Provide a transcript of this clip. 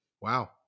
Wow